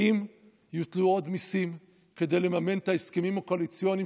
האם יוטלו עוד מיסים כדי לממן את ההסכמים הקואליציוניים,